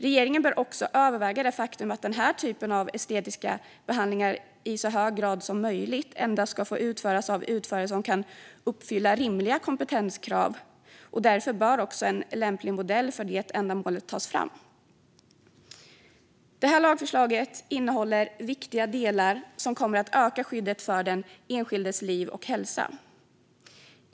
Regeringen bör också överväga det faktum att den här typen av estetiska behandlingar i så hög grad som möjligt ska få utföras av utförare som uppfyller rimliga kompetenskrav. Därför bör en lämplig modell för ändamålet tas fram. Det här lagförslaget innehåller viktiga delar som kommer att öka skyddet för den enskildes liv och hälsa.